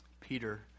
Peter